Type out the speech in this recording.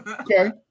Okay